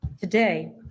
today